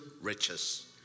riches